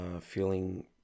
feeling